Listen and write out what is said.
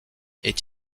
est